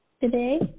today